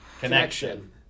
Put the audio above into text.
connection